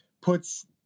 puts